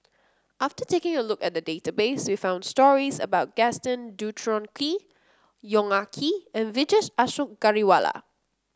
after taking a look at the database we found stories about Gaston Dutronquoy Yong Ah Kee and Vijesh Ashok Ghariwala